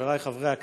חברי חברי הכנסת,